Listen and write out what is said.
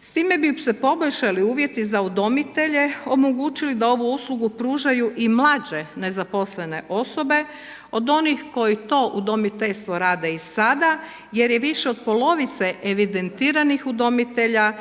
S time bi se poboljšali uvjeti za udomitelji, omogućili da ovu uslugu pružaju i mlađe nezaposlene osobe od onih koji to udomiteljstvo rade i sada jer je više od polovice evidentiranih udomitelja